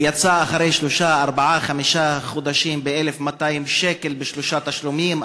והוא יצא אחרי שלושה-ארבעה-חמישה חודשים ב-1,200 שקל בשלושה תשלומים,